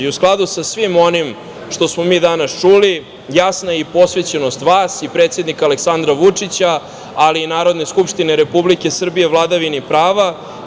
U skladu sa svim onim što smo mi danas čuli, jasna je i posvećenost vas i predsednika Aleksandra Vučića, ali i Narodne skupštine Republike Srbije vladavini prava.